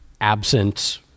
absence